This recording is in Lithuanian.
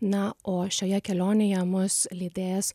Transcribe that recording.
na o šioje kelionėje mus lydės